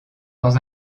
dans